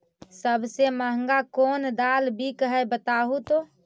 सबसे महंगा कोन दाल बिक है बताहु तो?